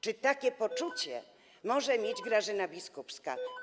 Czy takie poczucie może mieć Grażyna Biskupska?